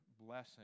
blessing